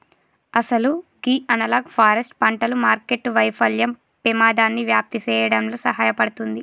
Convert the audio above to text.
అసలు గీ analog forest పంటలు మార్కెట్టు వైఫల్యం పెమాదాన్ని వ్యాప్తి సేయడంలో సహాయపడుతుంది